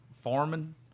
farming